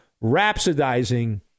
rhapsodizing